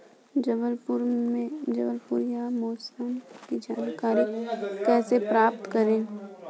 जलवायु या मौसम की जानकारी कैसे प्राप्त करें?